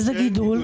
איזה גידול?